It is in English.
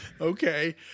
Okay